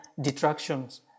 detractions